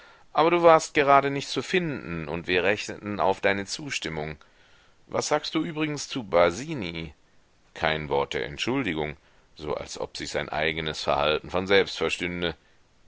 aber du warst gerade nicht zu finden und wir rechneten auf deine zustimmung was sagst du übrigens zu basini kein wort der entschuldigung so als ob sich sein eigenes verhalten von selbst verstünde